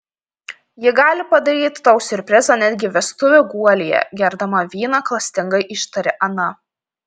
ji gali padaryti tau siurprizą netgi vestuvių guolyje gerdama vyną klastingai ištarė ana